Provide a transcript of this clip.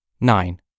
Nine